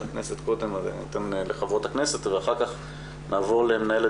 ניתן לחברות הכנסת ואחר כך נעבור למנהלת